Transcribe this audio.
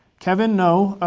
kevin, no.